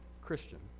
Christian